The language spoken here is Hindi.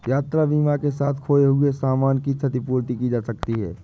यात्रा बीमा के साथ खोए हुए सामान की प्रतिपूर्ति की जा सकती है